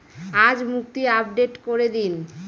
আজ মুক্তি আপডেট করে দিন